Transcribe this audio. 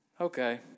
Okay